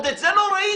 את זה עוד לא ראיתי